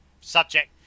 subject